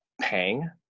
Pang